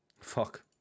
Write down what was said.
Fuck